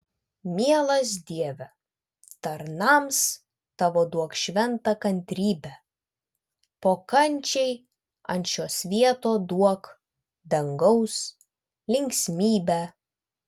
mielas dieve tarnams tavo duok šventą kantrybę po kančiai ant šio svieto duok dangaus linksmybę